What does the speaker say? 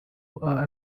are